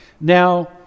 Now